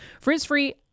Frizz-free